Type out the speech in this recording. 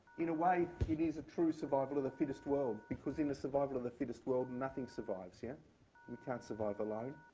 in a way, it is a true survival of the fittest world. because in a survival of the fittest world, nothing survives. yeah we can't survive alone.